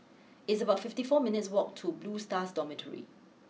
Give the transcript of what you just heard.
it's about fifty four minutes' walk to Blue Stars Dormitory